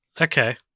Okay